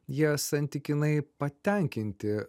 jie santykinai patenkinti